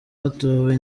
hatowe